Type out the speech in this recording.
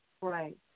Right